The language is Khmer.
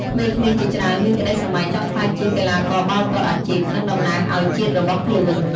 ក្មេងៗជាច្រើនមានក្តីស្រមៃចង់ក្លាយជាកីឡាករបាល់ទាត់អាជីព និងតំណាងឲ្យជាតិរបស់ខ្លួន។